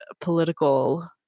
political